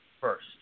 first